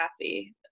happy